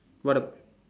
what the